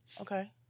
Okay